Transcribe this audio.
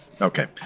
Okay